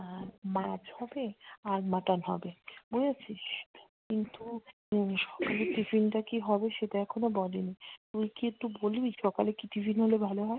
আর মাছ হবে আর মাটন হবে বুঝেছিস কিন্তু সকালের টিফিনটা কী হবে সেটা এখনও বলেনি তুই কি একটু বলবি সকালে কী টিফিন হলে ভালো হয়